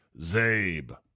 Zabe